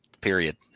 period